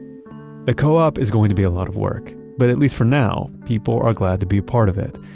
the co-op is going to be a lot of work. but at least for now, people are glad to be part of it,